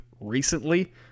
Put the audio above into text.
recently